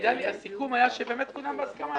הסיכום היה שכולם יהיו בהסכמה.